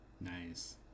Nice